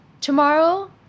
tomorrow